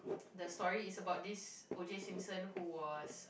the story is about this OJ-Simpson who was